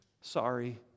sorry